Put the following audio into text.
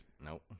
Nope